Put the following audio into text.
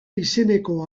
izeneko